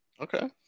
Okay